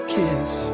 kiss